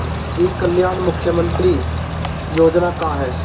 ई कल्याण मुख्य्मंत्री योजना का है?